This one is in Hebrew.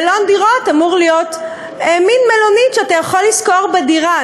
מלון דירות אמור להיות מין מלונית שאתה יכול לשכור בה דירה,